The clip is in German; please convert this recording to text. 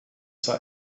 zur